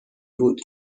بود